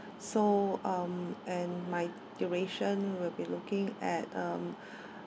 so um and my duration will be looking at um